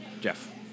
Jeff